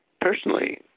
personally